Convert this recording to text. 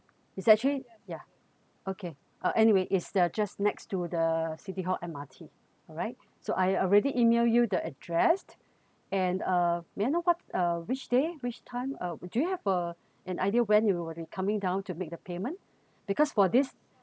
it's actually ya okay uh anyway is they are just next to the city hall M_R_T alright so I already email you the addressed and uh may I know what uh which day which time uh do you have uh an idea when you would be coming down to make the payment because for this